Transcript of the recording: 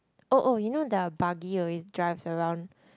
oh oh you know there are buggy always drives around